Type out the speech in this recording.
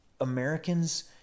Americans